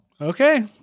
Okay